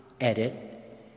edit